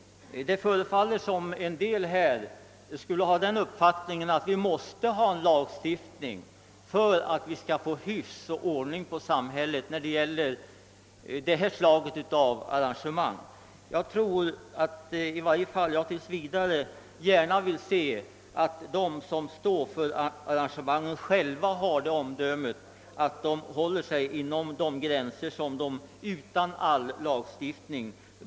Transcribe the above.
Det förefaller som om vissa personer skulle ha den uppfattningen att det måste finnas en lagstiftning på det här området för att vi skall få hyfs och ordning i samhället. I varje fall tills vidare tror jag att de som står för olika slags arrangemang har så gott omdöme att de även utan all lagstiftning håller sig inom de gränser som de bör hålla sig inom.